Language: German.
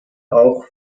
auch